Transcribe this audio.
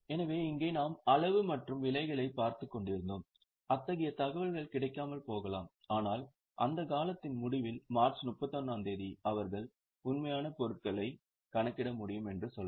எனவே இங்கே நாம் அளவு மற்றும் விலைகளைப் பார்த்துக் கொண்டிருந்தோம் அத்தகைய தகவல்கள் கிடைக்காமல் போகலாம் ஆனால் அந்தக் காலத்தின் முடிவில் மார்ச் 31 ஆம் தேதி அவர்கள் உண்மையான பொருட்களைக் கணக்கிட முடியும் என்று சொல்லலாம்